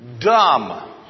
Dumb